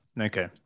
Okay